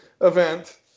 event